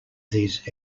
these